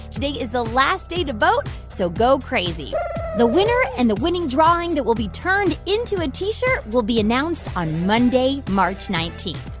today is the last day to vote, so go crazy the winner and the winning drawing that will be turned into a t-shirt will be announced on monday, march nineteen.